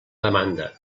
demanda